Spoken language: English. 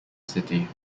city